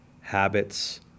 habits